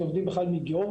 זה עובדים בכלל מגיאורגיה,